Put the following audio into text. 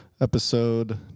episode